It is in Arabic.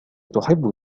تحب